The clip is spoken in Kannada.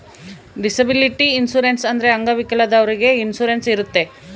ಡಿಸಬಿಲಿಟಿ ಇನ್ಸೂರೆನ್ಸ್ ಅಂದ್ರೆ ಅಂಗವಿಕಲದವ್ರಿಗೆ ಇನ್ಸೂರೆನ್ಸ್ ಇರುತ್ತೆ